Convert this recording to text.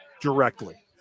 directly